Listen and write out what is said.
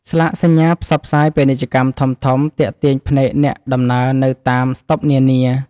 ស្លាកសញ្ញាផ្សព្វផ្សាយពាណិជ្ជកម្មធំៗទាក់ទាញភ្នែកអ្នកដំណើរនៅតាមស្តុបនានា។